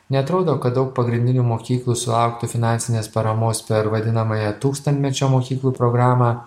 neatrodo kad daug pagrindinių mokyklų sulauktų finansinės paramos per vadinamąją tūkstantmečio mokyklų programą